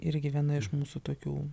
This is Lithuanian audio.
irgi viena iš mūsų tokių